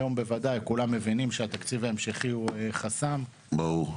היום בוודאי כולם מבינים שהתקציב ההמשכי הוא חסם -- ברור.